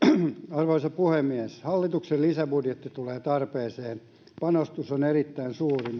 arvoisa puhemies hallituksen lisäbudjetti tulee tarpeeseen panostus on erittäin suuri mutta